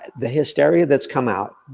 the hysteria that's come out,